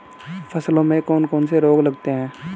फसलों में कौन कौन से रोग लगते हैं?